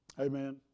Amen